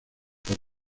por